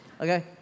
Okay